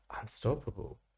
unstoppable